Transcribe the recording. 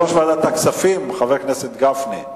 יושב-ראש ועדת הכספים, חבר הכנסת גפני.